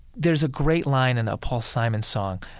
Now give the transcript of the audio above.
there's a great line in a paul simon song,